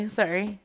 sorry